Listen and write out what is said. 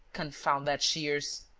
confound that shears!